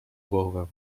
głowę